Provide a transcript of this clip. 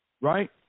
right